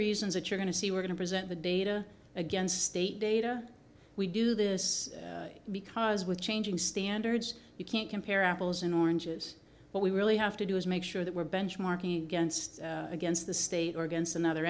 reasons that you're going to see we're going to present the data against state data we do this because with changing standards you can't compare apples and oranges what we really have to do is make sure that we're benchmarking against against the state or against another